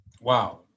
Wow